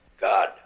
god